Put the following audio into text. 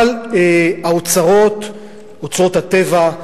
אבל אוצרות הטבע,